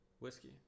Whiskey